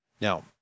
Now